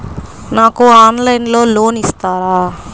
నాకు ఆన్లైన్లో లోన్ ఇస్తారా?